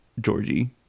Georgie